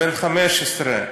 בן 15,